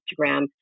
Instagram